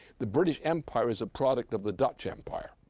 the british empire is a product of the dutch empire.